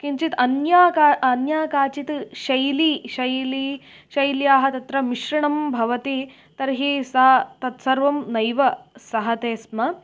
किञ्चित् अन्या का अन्या काचित् शैली शैली शैल्याः तत्र मिश्रणं भवति तर्हि सा तत्सर्वं नैव सहते स्म